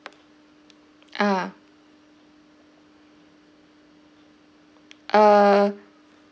ah err